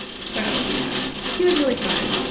so yeah he was really fun,